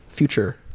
future